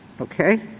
Okay